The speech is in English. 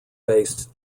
based